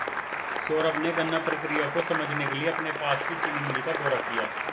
सौरभ ने गन्ना प्रक्रिया को समझने के लिए अपने पास की चीनी मिल का दौरा किया